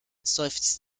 seufzt